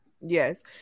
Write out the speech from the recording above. Yes